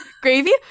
Gravy